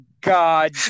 god